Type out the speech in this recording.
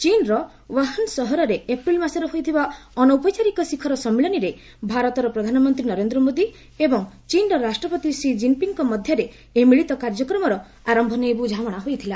ଚୀନ୍ର ୱାହାନ୍ ସହରରେ ଏପ୍ରିଲ୍ ମାସରେ ହୋଇଥିବା ଅନୌପଚାରିକ ଶିଖର ସମ୍ମିଳନୀରେ ଭାରତର ପ୍ରଧାନମନ୍ତ୍ରୀ ନରେନ୍ଦ୍ର ମୋଦି ଏବଂ ଚୀନ୍ର ରାଷ୍ଟ୍ରପତି ଷି ଜିନ୍ପିଙ୍ଗ୍ଙ୍କ ମଧ୍ୟରେ ଏହି ମିଳିତ କାର୍ଯ୍ୟକ୍ରମର ଆରମ୍ଭ ନେଇ ବ୍ରଝାମଣା ହୋଇଥିଲା